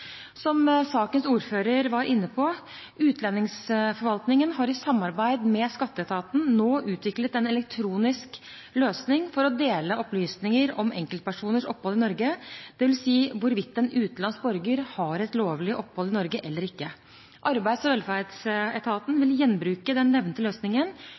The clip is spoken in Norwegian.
Som sakens ordfører var inne på: Utlendingsforvaltningen har i samarbeid med skatteetaten nå utviklet en elektronisk løsning for å dele opplysninger om enkeltpersoners opphold i Norge, dvs. hvorvidt en utenlandsk borger har et lovlig opphold i Norge eller ikke. Arbeids- og velferdsetaten vil gjenbruke den nevnte løsningen